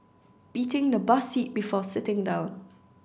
beating the bus seat before sitting down